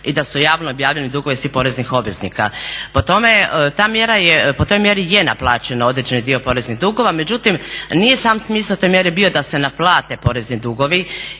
i da su javno objavljeni dugovi svih poreznih obveznika. Po tome ta mjera je, po toj mjeri je naplaćen određeni dio poreznih dugova, međutim nije sam smisao te mjere bio da se naplate porezni dugovi